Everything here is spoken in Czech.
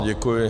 Děkuji.